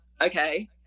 okay